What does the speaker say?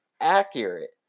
accurate